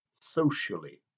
socially